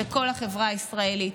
זה כל החברה הישראלית.